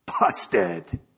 busted